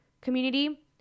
community